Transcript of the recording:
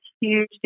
huge